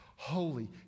Holy